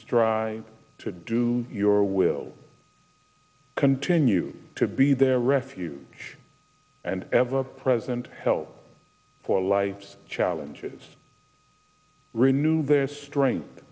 strive to do your will continue to be their refuge and ever present help for life's challenges renew their strength